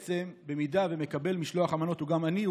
במידה שמקבל משלוח המנות הוא גם עני,